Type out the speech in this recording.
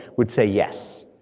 would say yes.